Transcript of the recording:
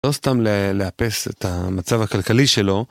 לא סתם לאפס את המצב הכלכלי שלו.